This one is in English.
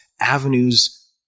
avenues